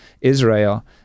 Israel